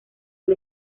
del